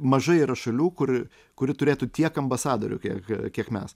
mažai yra šalių kur kuri turėtų tiek ambasadorių kiek kiek mes